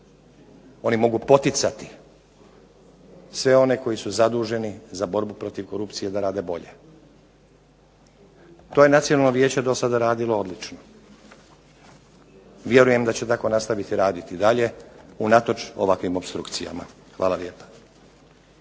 oni mogu poticati sve one koji su zaduženi za borbu protiv korupcije da rade bolje. To je Nacionalno vijeće do sada radilo odlično, vjerujem da će tako nastaviti raditi i dalje, unatoč ovakvim opstrukcijama. Hvala lijepa.